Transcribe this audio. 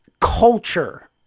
culture